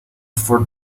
for